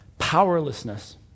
Powerlessness